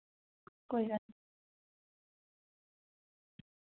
कोई गल्ल निं